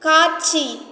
காட்சி